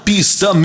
Pista